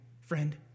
friend